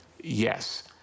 yes